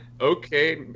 Okay